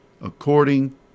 according